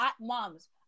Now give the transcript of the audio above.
Moms